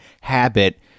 habit